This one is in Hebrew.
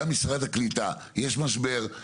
גם משרד הקליטה יש משבר,